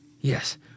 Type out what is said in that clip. Yes